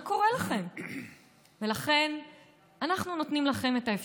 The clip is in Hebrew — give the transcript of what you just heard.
הם היו